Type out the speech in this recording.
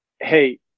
hey